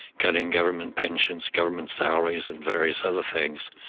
cutting government pensions, government salaries and various other things.